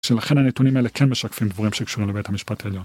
שלכן הנתונים האלה כן משקפים דברים שקשורים לבית המשפט העליון.